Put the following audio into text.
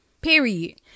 period